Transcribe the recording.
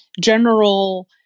general